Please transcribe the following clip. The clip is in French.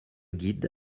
guide